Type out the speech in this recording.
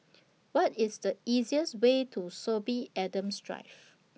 What IS The easiest Way to Sorby Adams Drive